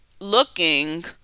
looking